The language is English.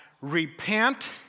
repent